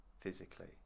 physically